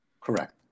Correct